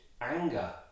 anger